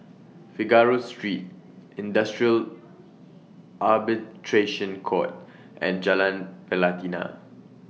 Figaro Street Industrial Arbitration Court and Jalan Pelatina